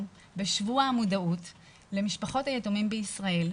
בשבוע המודעות למשפחות היתומים בישראל.